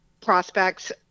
prospects